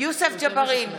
יוסף ג'בארין,